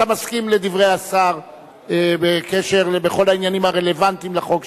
אתה מסכים לדברי השר בקשר לכל העניינים הרלוונטיים לחוק שלך?